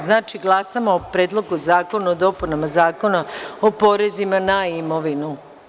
Znači, glasamo o Predlogu zakona o dopunama Zakona o porezima na imovinu.